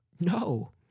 No